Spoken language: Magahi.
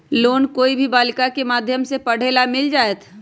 लोन कोई भी बालिका के माध्यम से पढे ला मिल जायत?